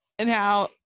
now